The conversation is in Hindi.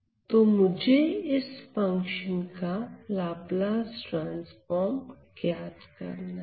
तो मुझे इस फंक्शन का लाप्लास ट्रांसफार्म ज्ञात करना है